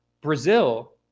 Brazil